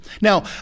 Now